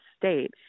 state